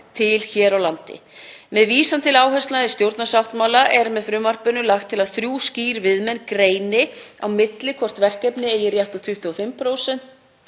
til hér á landi. Með vísan til áherslna í stjórnarsáttmála er með frumvarpinu lagt til að þrjú skýr viðmið greini á milli hvort verkefni eigi rétt á 25%